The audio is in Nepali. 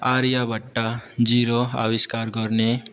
आर्यभट्ट जिरो आविष्कार गर्ने